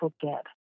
forget